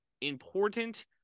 important